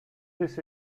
this